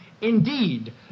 Indeed